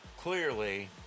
Clearly